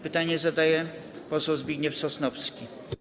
Pytanie zadaje poseł Zbigniew Sosnowski.